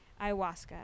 ayahuasca